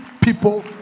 people